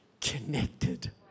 connected